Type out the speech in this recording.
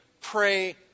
pray